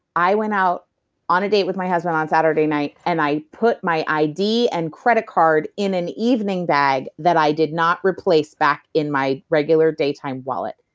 i went out on a date with my husband on saturday night, and i put my id and credit card in an evening bag that i did not replace back in my regular daytime wallet.